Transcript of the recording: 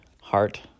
heart